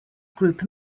group